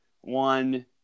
One